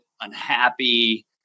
unhappy